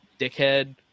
dickhead